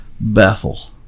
Bethel